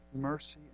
mercy